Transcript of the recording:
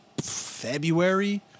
February